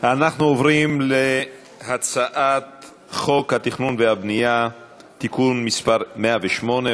אנחנו עוברים להצעת חוק התכנון והבנייה (תיקון מס' 108,